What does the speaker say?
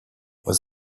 was